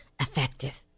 effective